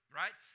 right